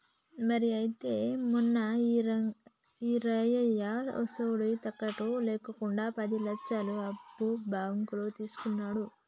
మరి అయితే మొన్న ఈరయ్య ఎసొంటి తాకట్టు లేకుండా పది లచ్చలు అప్పు బాంకులో తీసుకున్నాడట